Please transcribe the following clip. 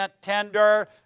tender